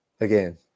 again